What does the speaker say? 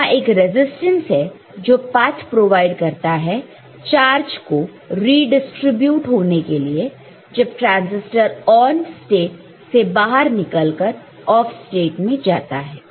वहां एक रेसिस्टेंट है जो पात प्रोवाइड करता है चार्ज को रीड्सट्रिब्यूट होने के लिए जब ट्रांसिस्टर ऑन स्टेट से बाहर निकलकर ऑफ स्टेट में जाता है